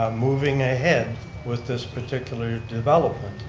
moving ahead with this particular development,